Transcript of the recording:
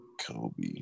Kobe